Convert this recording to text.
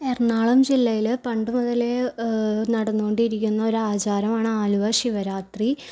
എറണാംകുളം ജില്ലയിൽ പണ്ട് മുതലേ നടന്നുകൊണ്ടിരിക്കുന്ന ഒരു ആചാരമാണ് ആലുവ ശിവരാത്രി